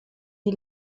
die